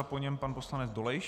Po něm pan poslanec Dolejš.